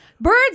Birds